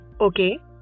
Okay